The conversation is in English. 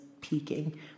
peaking